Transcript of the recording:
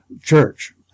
church